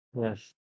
yes